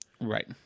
Right